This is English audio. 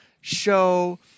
show